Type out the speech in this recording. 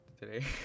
today